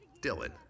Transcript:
Dylan